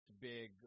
big